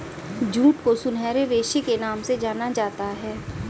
jute को सुनहरे रेशे के नाम से जाना जाता है